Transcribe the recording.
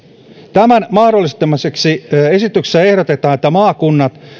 tämän mahdollistamiseksi esityksessä ehdotetaan että maakunnat